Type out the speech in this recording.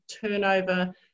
turnover